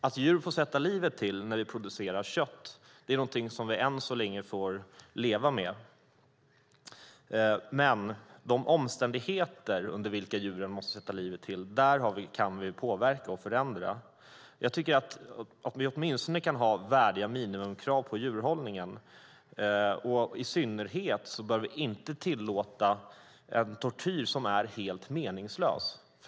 Att djur får sätta livet till när vi producerar kött är någonting vi än så länge får leva med, men de omständigheter under vilka djuren måste sätta livet till kan vi påverka och förändra. Jag tycker att vi åtminstone kan ha värdiga minimikrav på djurhållningen, och i synnerhet bör vi inte tillåta en tortyr som är helt meningslös.